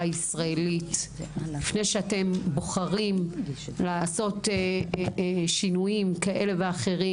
הישראלית לפני שאתם בוחרים לעשות שינויים כאלה ואחרים,